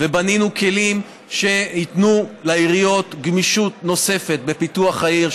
ובנינו כלים שייתנו לעיריות גמישות נוספת בפיתוח העיר,